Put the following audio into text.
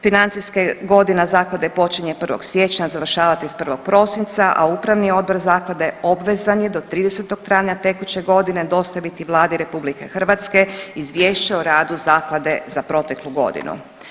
Financijska godina zaklade počinje 1. siječnja, a završava 31. prosinca, a Upravni odbor zaklade obvezan je do 30. travnja tekuće godine dostaviti Vladi RH izvješće o radu zaklade za proteklu godinu.